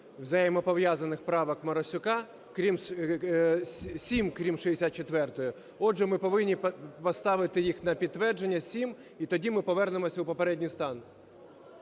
взаємопов'язаних правок Марусяка, 7, крім 64-ї. Отже, ми повинні поставити їх на підтвердження 7 - і тоді ми повернемося у попередній стан.